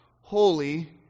holy